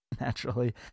naturally